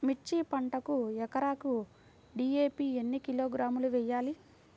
మిర్చి పంటకు ఎకరాకు డీ.ఏ.పీ ఎన్ని కిలోగ్రాములు వేయాలి?